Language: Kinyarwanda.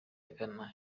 gana